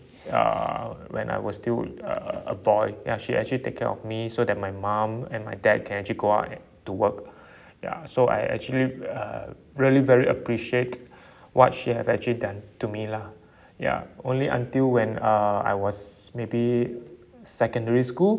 uh when I was still a a a boy ya she actually take care of me so that my mum and my dad can actually go out and to work ya so I actually uh really very appreciate what she have actually done to me lah ya only until when uh I was maybe secondary school